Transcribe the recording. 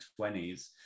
20s